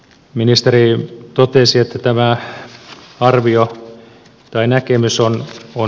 ministeri totesi että tämä näkemys on väärä